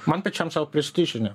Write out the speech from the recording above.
man pačiam sau prestižinė